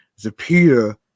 Zapita